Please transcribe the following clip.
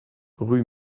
rue